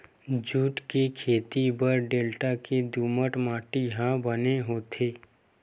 jute के खेती बर डेल्टा के दुमट माटी ह बने होथे